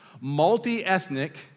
multi-ethnic